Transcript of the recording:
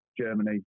Germany